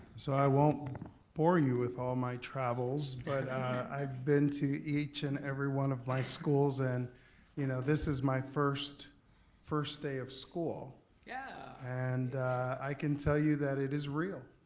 so i won't bore you with all my travels but i've been to each and every one of my schools and you know this is my first first day of school yeah and i can tell you that it is real,